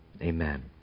Amen